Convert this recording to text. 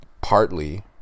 partly